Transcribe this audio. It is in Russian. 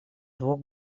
двух